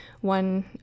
One